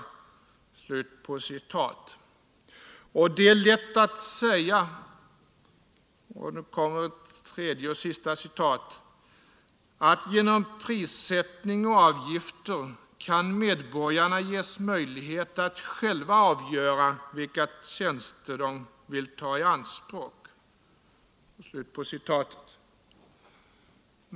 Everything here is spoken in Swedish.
Och det är lätt att säga — nu gör jag ett tredje och sista citat — att ”genom prissättning och avgifter kan medborgarna ges möjlighet att själva avgöra vilka tjänster de vill ta i anspråk”.